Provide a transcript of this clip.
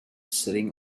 sitting